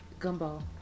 Gumball